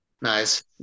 Nice